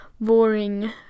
boring